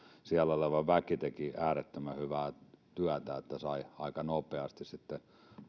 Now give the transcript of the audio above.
siellä oleva väki teki äärettömän hyvää työtä että sai aika nopeasti sitten